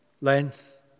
length